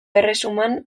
erresuman